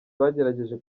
bagerageje